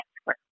Square